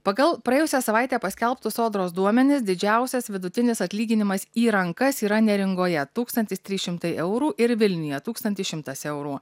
pagal praėjusią savaitę paskelbtus sodros duomenis didžiausias vidutinis atlyginimas į rankas yra neringoje tūkstantis trys šimtai eurų ir vilniuje tūkstantis šimtas eurų